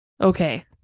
okay